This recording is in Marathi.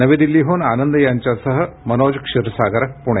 नवी दिल्लीहून आनंद यांच्यासह मनोज क्षीरसागर पुणे